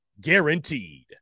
guaranteed